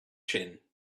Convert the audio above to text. chin